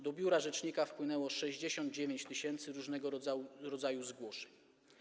Do biura rzecznika wpłynęło 69 tys. różnego rodzaju zgłoszeń.